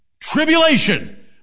tribulation